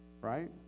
Right